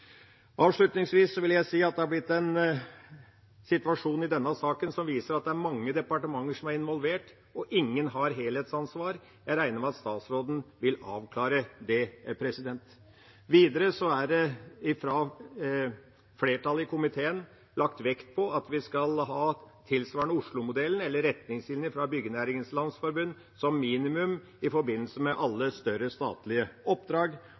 vil jeg si at det har blitt en situasjon i denne saken som viser at det er mange departementer som er involvert, og ingen har helhetsansvar. Jeg regner med at statsråden vil avklare det. Videre er det fra flertallet i komiteen lagt vekt på at vi skal ha noe tilsvarende Oslo-modellen eller retningslinjene fra Byggenæringens Landsforening som minimum i forbindelse med alle større statlige oppdrag.